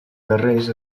guerrers